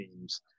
teams